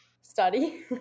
study